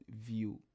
view